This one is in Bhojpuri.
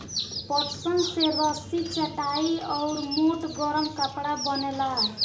पटसन से रसरी, चटाई आउर मोट गरम कपड़ा बनेला